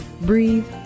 Breathe